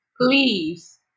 Please